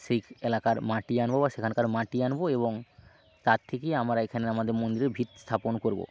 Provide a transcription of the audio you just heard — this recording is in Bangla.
সেই এলাকার মাটি আনবো বা সেখানকার মাটি আনবো এবং তার থেকেই আমরা এখানে আমাদের মন্দিরের ভিত স্থাপন করবো